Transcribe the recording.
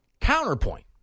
Counterpoint